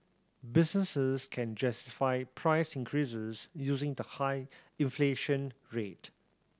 businesses can justify price increases using the high inflation rate